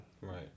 Right